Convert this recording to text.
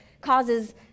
causes